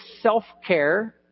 self-care